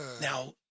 Now